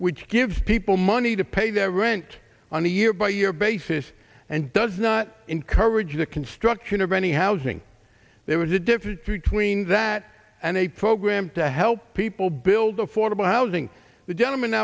which gives people money to pay their rent on a year by year basis and does not encourage the construction of any housing there was a difference between that and a program to help people build affordable housing the gentleman